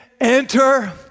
Enter